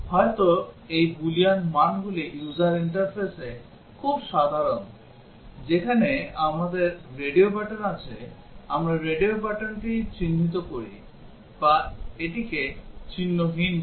হয়তো এই বুলিয়ান মানগুলি user interface এ খুব সাধারণ যেখানে আমাদের রেডিও button আছে আমরা রেডিও buttonটি চিহ্নিত করি বা এটিকে চিহ্নহীন করি